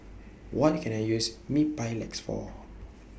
What Can I use Mepilex For